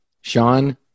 Sean